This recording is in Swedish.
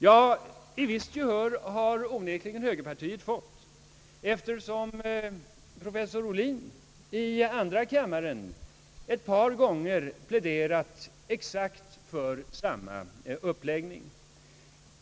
Jo, ett visst gehör har högerpartiet fått, eftersom professor Ohlin i andra kammaren ett par gånger pläderat för exakt samma uppläggning.